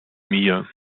mir